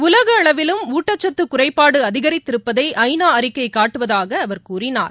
உலகஅளவிலும் ஊட்டச்சத்துகுறைபாடுஅதிகரித்திருப்பதைஐநாஅறிக்கைகாட்டுவதாகஅவர் கூறினார்